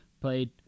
played